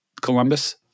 Columbus